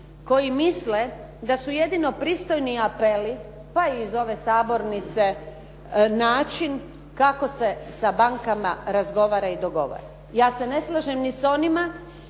koji misle da su jedino pristojni apeli, pa i iz ove sabornice, način kako se sa bankama razgovara i dogovara. Ja se ne slažem ni s onima